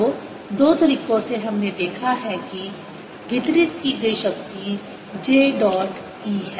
तो दो तरीकों से हमने देखा है कि वितरित की गई शक्ति j डॉट E है